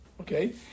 okay